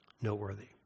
Noteworthy